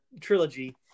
trilogy